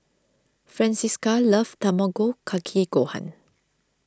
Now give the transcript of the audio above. Francisca loves Tamago Kake Gohan